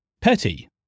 Petty